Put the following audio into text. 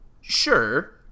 Sure